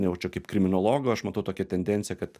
jau čia kaip kriminologo aš matau tokią tendenciją kad